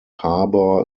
harbor